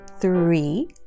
three